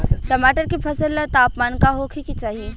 टमाटर के फसल ला तापमान का होखे के चाही?